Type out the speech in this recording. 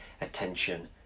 attention